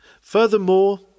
Furthermore